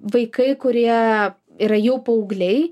vaikai kurie yra jau paaugliai